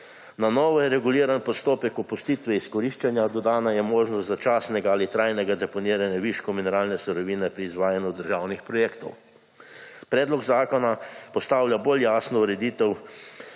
Na novo je reguliran postopek opustitve izkoriščanja, dodana je možnost začasnega ali trajnega deponiranja viškov mineralne surovine pri izvajanju državnih projektov. Predlog zakona postavlja bolj jasno ureditev